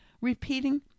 Repeating